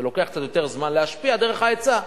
זה לוקח קצת יותר זמן להשפיע דרך ההיצע,